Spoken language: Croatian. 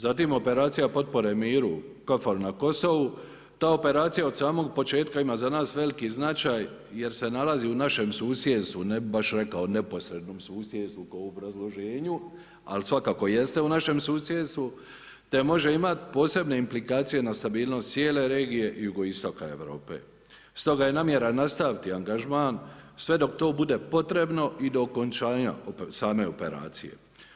Zatim operacija potpore miru KFOR na Kosovu, ta operacija od samog početka ima za nas veliki značaj jer se nalazi u našem susjedstvu, ne bih baš rekao neposrednom susjedstvu ko u obrazloženju, ali svakako jeste u našem susjedstvu te može imat posebne implikacije na stabilnost cijele regije jugoistoka Europe, stoga je namjera nastaviti angažman sve ok to bude potrebno i do okončanja same operacije.